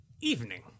evening